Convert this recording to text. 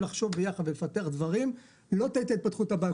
לחשוב ביחד ולפתח דברים לא תהיה את ההתפתחות הבאה.